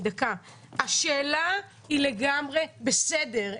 השאלה היא לגמרי בסדר,